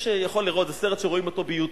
מי שיכול לראות, זה סרט שרואים אותו ב-YouTube,